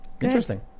Interesting